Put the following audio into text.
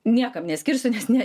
niekam neskirsiu nes ne